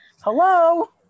Hello